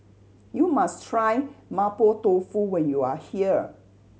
you must try Mapo Tofu when you are here